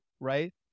Right